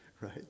right